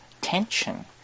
tension